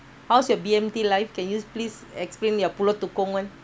how's your B_M_T life can you please explain your pulau tekong one